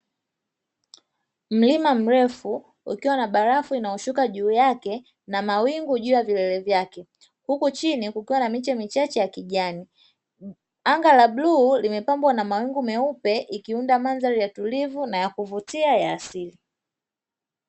Mlima mrefu ukiwa na barafu inayoshuka juu yake na mawingu juu ya vilele vyake huku chini kukiwa na miche michache ya kijani anga la bluu limepambwa na mawingu meupe ikiunda mandhari ya utulivu na ya kuvutia ya asili.